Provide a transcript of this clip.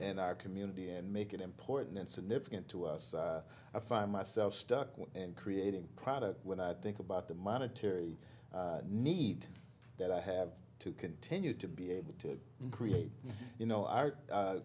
and our community and make it important and significant to us i find myself stuck and creating product when i think about the monetary need that i have to continue to be able to create you know